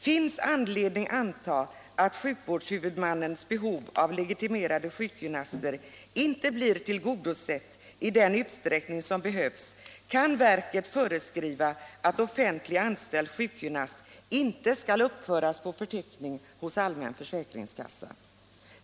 Finns det anledning anta att sjukvårdshuvudmans behov av legitimerade sjukgymnaster inte blir tillgodosett i den utsträckning som behövs, kan verket föreskriva att offentligt anställd sjukgymnast inte skall föras upp på förteckning hos allmän försäkringskassa.